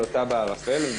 לוטה בערפל,